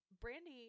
Brandy